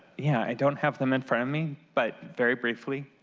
yeah i don't have them in front of me, but very briefly,